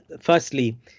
Firstly